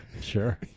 Sure